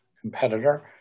competitor